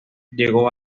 llego